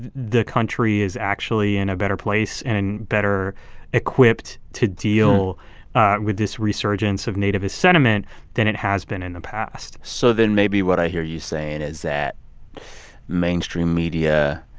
the the country is actually in a better place and better equipped to deal with this resurgence of nativist sentiment than it has been in the past so then maybe what i hear you saying is that mainstream media